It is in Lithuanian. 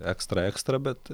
ekstra ekstra bet